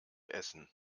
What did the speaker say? essen